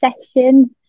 session